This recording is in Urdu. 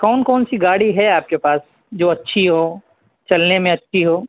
کون کون سی گاڑی ہے آپ کے پاس جو اچھی ہو چلنے میں اچھی ہو